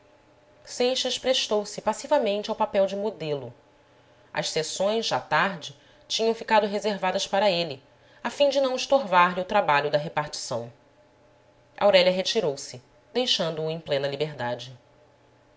recôndito seixas prestou se passivamente ao papel de modelo as sessões à tarde tinham ficado reservadas para ele a fim de não estorvar lhe o trabalho da repartição aurélia retirou-se deixando-o em plena liberdade